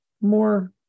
more